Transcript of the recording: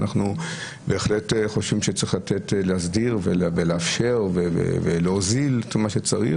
אנחנו בהחלט חושבים שצריך להסדיר ולאפשר ולהוזיל את מה שצריך,